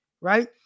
Right